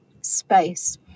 space